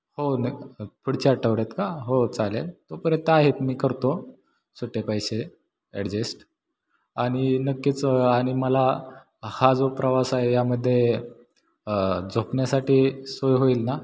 हो नक् पुढच्या आठवड्यात का हो चालेल तो परत आहेत मी करतो सुट्टे पैसे ॲडजेस्ट आणि नक्कीच आणि मला हा जो प्रवास आहे यामध्ये झोपण्यासाठी सोय होईल ना